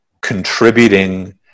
contributing